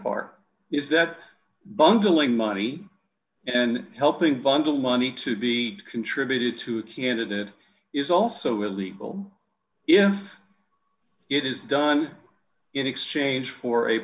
part is that bundling money and helping bundle money to be contributed to a candidate is also illegal if it is done in exchange for a